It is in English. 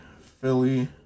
Philly